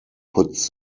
puts